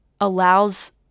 allows